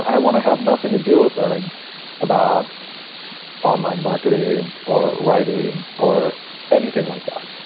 i want to have nothing to do with learning about online marketing or writing or anything like that,